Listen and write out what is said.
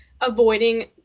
avoiding